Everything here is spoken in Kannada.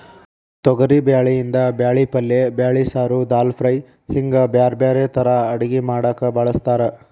ತೊಗರಿಬ್ಯಾಳಿಯಿಂದ ಬ್ಯಾಳಿ ಪಲ್ಲೆ ಬ್ಯಾಳಿ ಸಾರು, ದಾಲ್ ಫ್ರೈ, ಹಿಂಗ್ ಬ್ಯಾರ್ಬ್ಯಾರೇ ತರಾ ಅಡಗಿ ಮಾಡಾಕ ಬಳಸ್ತಾರ